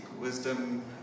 wisdom